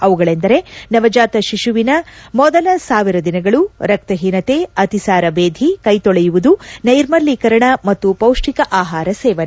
ಅವುಗಳೆಂದರೆ ನವಜಾತ ಶಿಶುವಿನ ಮೊದಲ ಸಾವಿರ ದಿನಗಳು ರಕ್ತಹೀನತೆ ಅತಿಸಾರ ಬೇದಿ ಕೈತೊಳೆಯುವುದು ನೈರ್ಮಲೀಕರಣ ಮತ್ತು ಪೌಷ್ಟಿಕ ಆಹಾರ ಸೇವನೆ